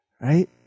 Right